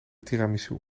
tiramisu